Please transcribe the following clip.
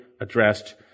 addressed